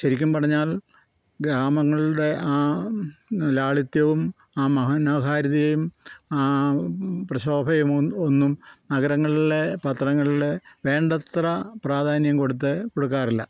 ശരിക്കും പറഞ്ഞാൽ ഗ്രാമങ്ങളുടെ ആ ലാളിത്യവും ആ മഹാ മനോഹാരിതയും ആ പ്രശോഭയും ഒന്നും നഗരങ്ങളിലെ പത്രങ്ങളിൽ വേണ്ടത്ര പ്രാധാന്യം കൊടുത്ത് കൊടുക്കാറില്ല